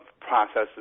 processes